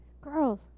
Girls